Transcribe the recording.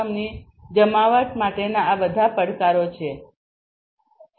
ની જમાવટ માટેના આ બધા પડકારો છે 4